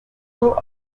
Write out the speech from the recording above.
draw